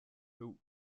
who